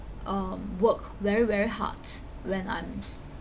um work very very hard when I'm